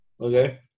okay